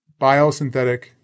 biosynthetic